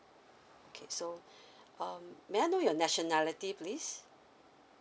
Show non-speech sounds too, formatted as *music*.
okay so *breath* um may I know your nationality please